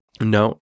No